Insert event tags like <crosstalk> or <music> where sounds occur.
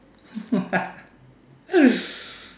<laughs>